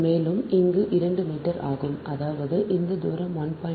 மேலும் இங்கு 2 மீட்டர் ஆகும் அதாவது இந்த தூரம் 1